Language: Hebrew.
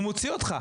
הוא מוציא אותך.